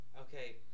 okay